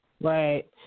Right